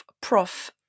prof